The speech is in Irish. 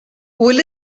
bhfuil